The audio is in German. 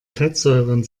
fettsäuren